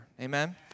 Amen